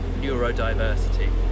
neurodiversity